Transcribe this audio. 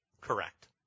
Correct